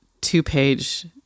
two-page